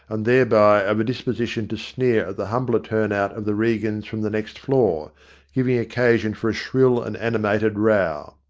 and thereby of a disposition to sneer at the humbler turn-out of the regans from the next floor giving occasion for a shrill and animated row.